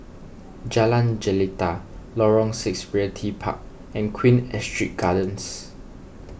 Jalan Jelita Lorong six Realty Park and Queen Astrid Gardens